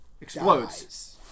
Explodes